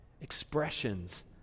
expressions